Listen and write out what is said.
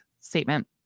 statement